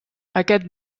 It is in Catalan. aquest